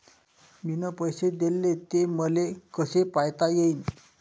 मिन पैसे देले, ते मले कसे पायता येईन?